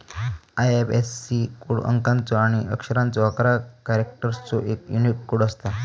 IFSC code अंकाचो आणि अक्षरांचो अकरा कॅरेक्टर्सचो एक यूनिक कोड असता